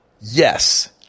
Yes